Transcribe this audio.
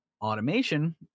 Automation